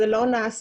זה לא נעשה.